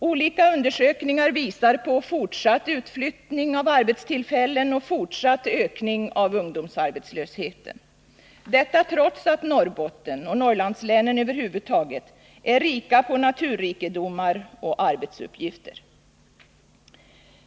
Olika undersökningar visar på fortsatt utflyttning av arbetstillfällen och fortsatt ökning av ungdomsarbetslösheten — detta trots att Norrbotten och Norrlandslänen över huvud taget är rika på naturrikedomar och arbetsuppgifter.